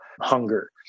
hunger